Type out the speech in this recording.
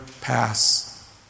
pass